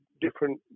different